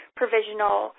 provisional